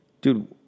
Dude